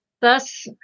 thus